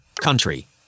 country